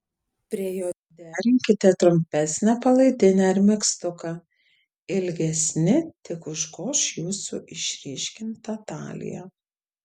prie jo derinkite trumpesnę palaidinę ar megztuką ilgesni tik užgoš jūsų išryškintą taliją